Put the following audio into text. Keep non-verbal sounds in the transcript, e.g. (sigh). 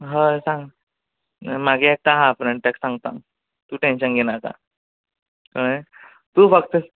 हय सांग मागीर येता (unintelligible) ताका सांगता हांव तूं टॅन्शन घेयनाका कळ्ळें तूं फक्त